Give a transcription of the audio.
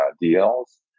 deals